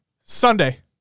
Sunday